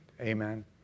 Amen